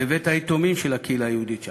בבית-היתומים של הקהילה היהודית שם,